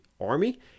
Army